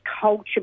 culture